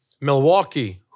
Milwaukee